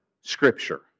Scripture